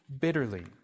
bitterly